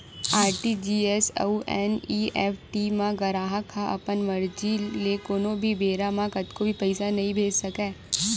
RTGS अउ NEFT म गराहक ह अपन मरजी ले कोनो भी बेरा म कतको भी पइसा नइ भेज सकय